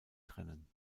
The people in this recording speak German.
trennen